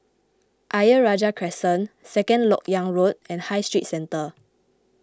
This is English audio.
Ayer Rajah Crescent Second Lok Yang Road and High Street Centre